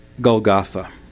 Golgotha